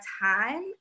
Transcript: time